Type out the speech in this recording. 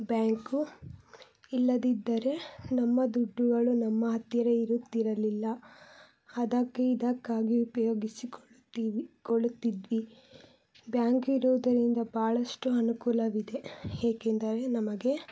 bank ಇಲ್ಲದಿದ್ದರೆ ನಮ್ಮ ದುಡ್ಡುಗಳು ನಮ್ಮ ಹತ್ತಿರ ಇರುತ್ತಿರಲಿಲ್ಲ ಅದಕ್ಕೆ ಇದಕ್ಕಾಗಿ ಉಪಯೋಗಿಸಿಕೊಳ್ಳುತ್ತೀವಿ ಕೊಳ್ಳುತ್ತಿದ್ವಿ ಬ್ಯಾಂಕ್ ಇರುವುದರಿಂದ ಭಾಳಷ್ಟು ಅನುಕೂಲವಿದೆ ಏಕೆಂದರೆ ನಮಗೆ